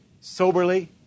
soberly